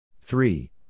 Three